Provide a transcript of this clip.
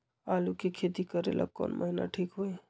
आलू के खेती करेला कौन महीना ठीक होई?